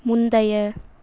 முந்தைய